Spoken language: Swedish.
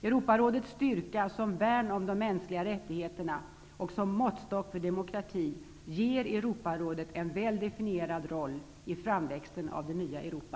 Europarådets styrka som värn om de mänskliga rättigheterna och som måttstock för demokrati ger Europarådet en väl definierad roll i framväxten av det nya Europa.